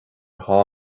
dhá